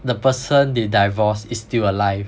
the person they divorce is still alive